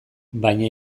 baina